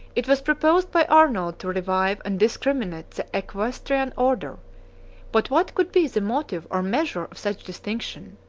it was proposed by arnold to revive and discriminate the equestrian order but what could be the motive or measure of such distinction?